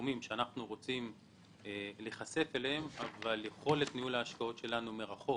תחומים שאנחנו רוצים להיחשף אליהם אבל יכולת ניהול ההשקעות שלנו מרחוק